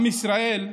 עם ישראל,